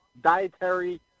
dietary